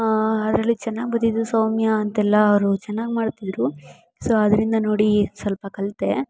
ಅದರಲ್ಲಿ ಚೆನ್ನಾಗಿ ಬರ್ತಿದ್ದು ಸೌಮ್ಯ ಅಂತೆಲ್ಲ ಅವರು ಚೆನ್ನಾಗಿ ಮಾಡ್ತಿದ್ದರು ಸೋ ಅದರಿಂದ ನೋಡಿ ಸ್ವಲ್ಪ ಕಲಿತೆ